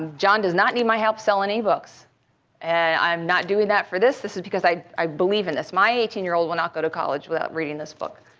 jon does not need my help to sell any books and i'm not doing that for this. this this because i i believe in this. my eighteen year old will not go to college without reading this book,